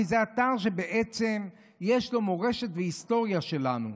כי זה אתר שיש לו מורשת והיסטוריה שלנו.